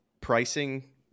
pricing